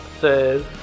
says